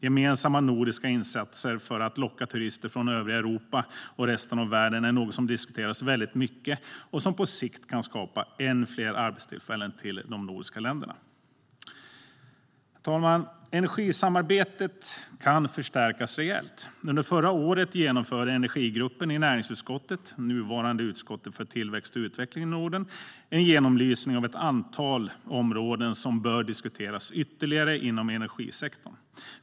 Gemensamma nordiska insatser för att locka turister från övriga Europa och resten av världen är något som diskuteras mycket och som på sikt kan skapa ännu fler arbetstillfällen till de nordiska länderna. Energisamarbetet kan förstärkas rejält. Under förra året genomförde energigruppen i näringsutskottet, nuvarande utskottet för tillväxt och utveckling i Norden, en genomlysning av ett antal områden som bör diskuteras ytterligare inom energisektorn.